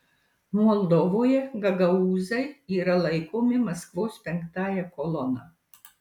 moldovoje gagaūzai yra laikomi maskvos penktąja kolona